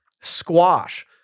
squash